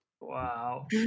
Wow